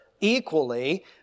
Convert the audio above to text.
equally